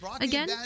Again